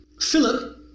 Philip